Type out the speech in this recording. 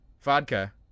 vodka